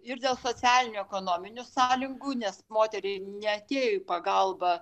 ir dėl socialinių ekonominių sąlygų nes moteriai neatėjo į pagalbą